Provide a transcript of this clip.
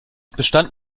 bestand